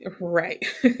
right